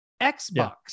Xbox